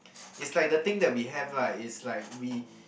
it's like the thing that we have lah it's like we